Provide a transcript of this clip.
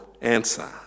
answer